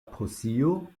prusio